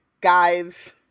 guys